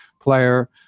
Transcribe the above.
player